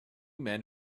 men